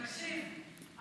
תקשיב,